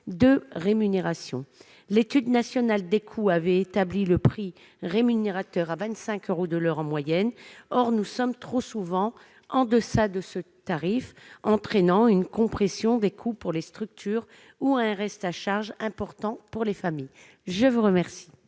de rémunération. L'étude nationale des coûts avait établi le prix rémunérateur à 25 euros de l'heure en moyenne. Or nous sommes trop souvent en deçà de ce tarif, ce qui entraîne une compression des coûts pour les structures ou un reste à charge important pour les familles. La parole